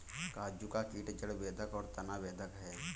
काजू का कीट जड़ बेधक और तना बेधक है